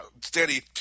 steady